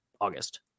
august